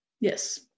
Yes